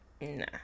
Nah